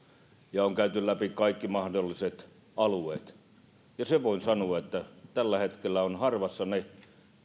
ja on käyty läpi kaikki mahdolliset alueet sen voin sanoa että tällä hetkellä ovat harvassa ne